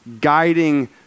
guiding